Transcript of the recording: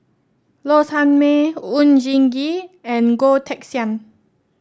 Low Sanmay Oon Jin Gee and Goh Teck Sian